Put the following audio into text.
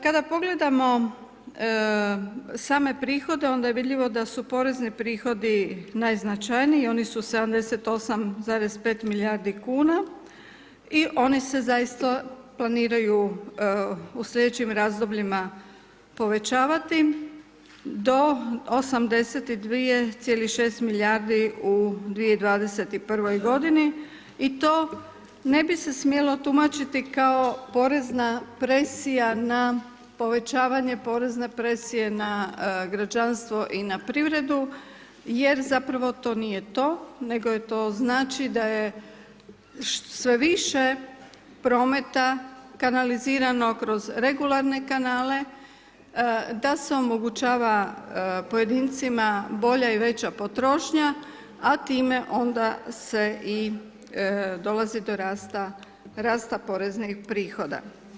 Kada pogledamo same prihode onda je vidljivo da su porezni prihodi najznačajniji oni su 78,5 milijardi kuna i oni se zaista planiraju u sljedećim razdobljima povećavati do 82,6 milijardi u 2021. godini i to ne bi se smjelo tumačiti kao porezna presija na povećavanje porezne presije na građanstvo i na privredu jer zapravo to nije to nego je to, znači da je sve više prometa kanalizirano kroz regularne kanale, da se omogućava pojedincima bolja i veća potrošnja a time onda se i dolazi do rasta poreznih prihoda.